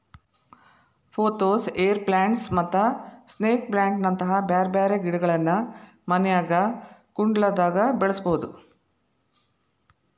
pothos, air plants ಮತ್ತ snake plant ನಂತ ಬ್ಯಾರ್ಬ್ಯಾರೇ ಗಿಡಗಳನ್ನ ಮನ್ಯಾಗ ಕುಂಡ್ಲ್ದಾಗ ಬೆಳಸಬೋದು